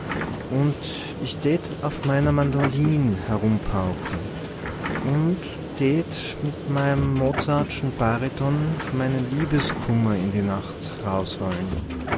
und ich tät auf meiner mandolin erumpauken und tät mit mei'm mozartschen bariton meinen liebeskummer in die nacht